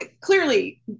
clearly